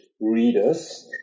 readers